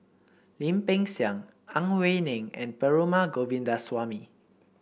Lim Peng Siang Ang Wei Neng and Perumal Govindaswamy